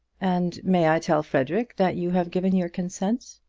and may i tell frederic that you have given your consent?